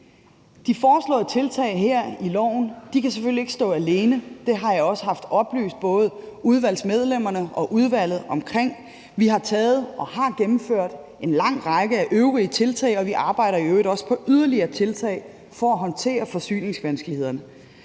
De foreslåede tiltag i det her lovforslag kan selvfølgelig ikke stå alene. Det har jeg også oplyst både udvalgsmedlemmerne og udvalget om. Vi har taget og har gennemført en lang række øvrige tiltag, og vi arbejder i øvrigt også på yderligere tiltag for at håndtere forsyningsvanskelighederne.